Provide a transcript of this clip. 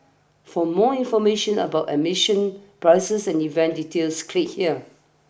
for more information about admission prices and event details click here